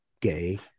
gay